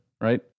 right